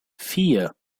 vier